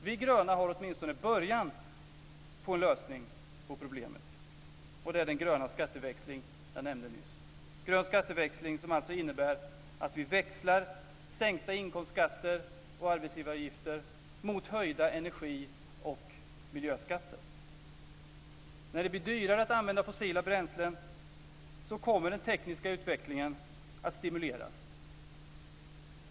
Vi gröna har åtminstone början på en lösning av problemet, och det är den gröna skatteväxling som jag nyss nämnde. En grön skatteväxling innebär att vi växlar sänkta inkomstskatter och arbetsgivaravgifter mot höjda energi och miljöskatter. När det blir dyrare att använda fossila bränslen kommer den tekniska utvecklingen att stimuleras.